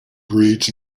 breeds